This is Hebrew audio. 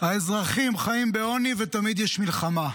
האזרחים חיים בעוני ותמיד יש מלחמה.